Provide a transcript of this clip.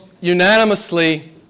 unanimously